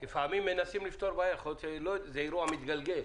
לפעמים מנסים לפתור בעיה וזה אירוע מתגלגל.